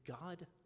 God